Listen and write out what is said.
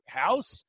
house